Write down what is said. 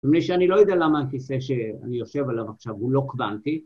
מפני שאני לא יודע למה הכיסא שאני יושב עליו עכשיו, הוא לא קוונטי.